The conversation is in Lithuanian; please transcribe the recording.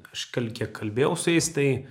aš gal kiek kalbėjau su jais tai